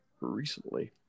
recently